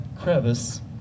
crevice